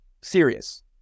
serious